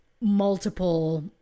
multiple